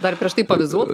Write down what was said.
dar prieš tai pavizuot